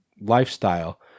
lifestyle